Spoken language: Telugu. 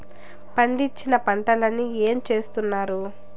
పండించిన పంటలని ఏమి చేస్తున్నారు?